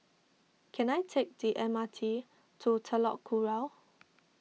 can I take the M R T to Telok Kurau